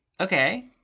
Okay